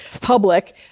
public